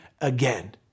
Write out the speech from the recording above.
again